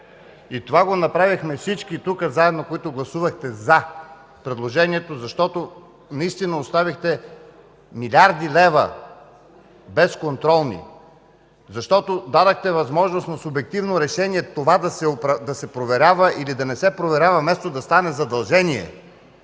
Това го направихте всички заедно, които гласувахте „за” предложението, защото наистина оставихте милиарди левове безконтролни; защото дадохте възможност за субективно решение – това да се проверява или да не се проверява, вместо да стане задължение;